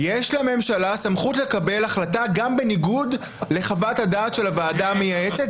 יש לממשלה סמכות לקבל החלטה גם בניגוד לחוות הדעת של הוועדה המייעצת,